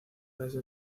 desde